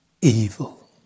evil